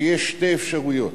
שיש שתי אפשרויות: